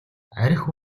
архи